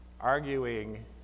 arguing